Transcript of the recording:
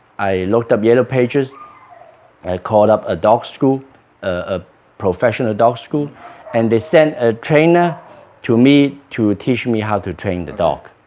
i looked up yellow pages i called up a dog school a professional dog school and they sent a trainer to me to teach me how to train the dog